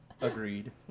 Agreed